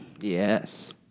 Yes